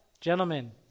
gentlemen